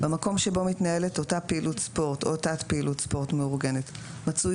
במקום שבו מתנהלת אותה פעילות ספורט או תת פעילות ספורט מאורגנת מצוי